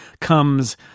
comes